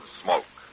smoke